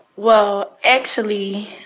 well, actually,